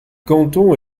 canton